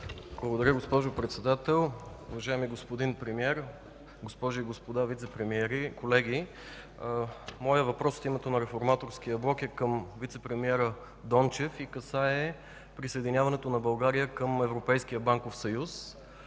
Благодаря, госпожо Председател. Уважаеми господин Премиер, госпожи и господа вицепремиери, колеги! Моят въпрос от името на Реформаторския блок е към вицепремиера Дончев и касае присъединяването на България към Европейския банков съюз.